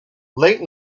late